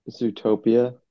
Zootopia